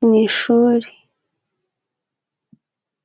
mu ishuri.